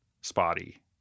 spotty